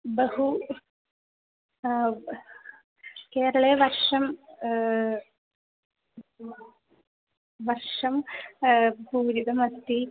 बहु केरळे वर्षा वर्षा बहुविधमस्ति